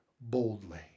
boldly